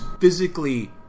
physically